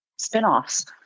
spinoffs